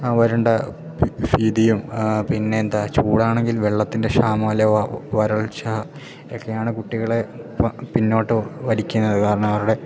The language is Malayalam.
ആ വരേണ്ട ഭീതിയും ആ പിന്നെന്താ ചൂടാണെങ്കിൽ വെള്ളത്തിൻ്റെ ക്ഷാമം അല്ലേൽ വ് വരൾച്ച ഒക്കെയാണ് കുട്ടികളെ പ്ല പിന്നോട്ട് വലിക്കുന്നത് കാരണം അവരുടെ